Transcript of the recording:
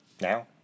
Now